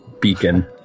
beacon